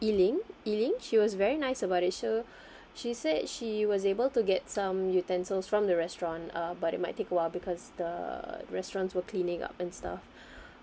yi ling yi ling she was very nice about it she she said she was able to get some utensils from the restaurant uh but it might take a while because the restaurants were cleaning up and stuff